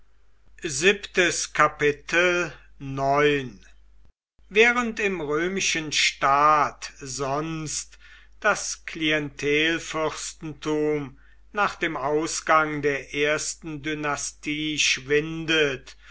während im römischen staat sonst das klientelfürstentum nach dem ausgang der ersten dynastie schwindet